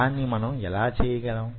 దాన్ని మనం యెలా చేయగలం